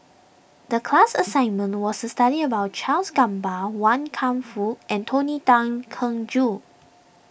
the class assignment was to study about Charles Gamba Wan Kam Fook and Tony Tan Keng Joo